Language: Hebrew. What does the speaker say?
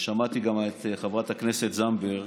ושמעתי גם את חברת הכנסת זנדברג,